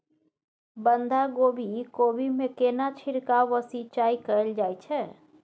बंधागोभी कोबी मे केना छिरकाव व सिंचाई कैल जाय छै?